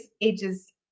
ages